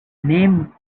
name